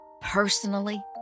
personally